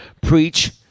preach